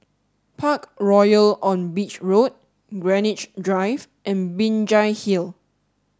Parkroyal on Beach Road Greenwich Drive and Binjai Hill